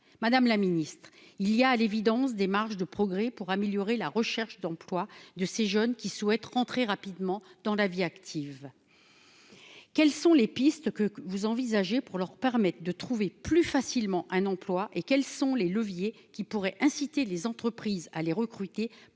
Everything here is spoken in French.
Madame la ministre, il y a, à l'évidence, des marges de progrès pour améliorer la recherche d'emploi de ces jeunes, qui souhaitent entrer rapidement dans la vie active. Quelles pistes envisagez-vous pour leur permettre de trouver plus facilement un emploi et quels leviers pourraient inciter les entreprises à les recruter